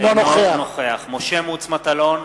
אינו נוכח משה מטלון,